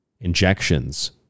injections